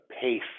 pace